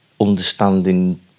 understanding